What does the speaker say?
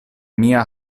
mia